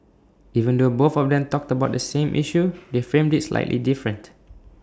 even though both of them talked about the same issue they framed IT slightly different